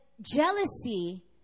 jealousy